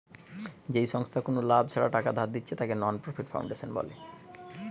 যেই সংস্থা কুনো লাভ ছাড়া টাকা ধার দিচ্ছে তাকে নন প্রফিট ফাউন্ডেশন বলে